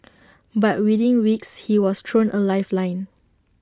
but within weeks he was thrown A lifeline